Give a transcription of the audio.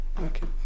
Okay